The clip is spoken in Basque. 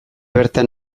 bertan